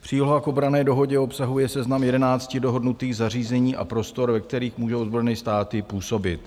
Příloha k obranné dohodě obsahuje seznam jedenácti dohodnutých zařízení a prostor, ve kterých můžou Spojené státy působit.